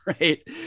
right